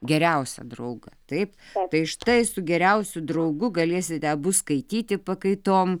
geriausią draugą taip tai štai su geriausiu draugu galėsite abu skaityti pakaitom